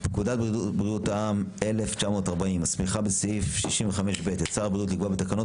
פקודת בריאות העם 1940 מסמיכה בסעיף 65ב את שר הבריאות לקבוע בתקנות,